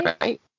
Right